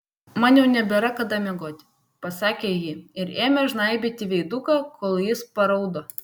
man jau nebėra kada miegoti pasakė ji ir ėmė žnaibyti veiduką kol jis paraudo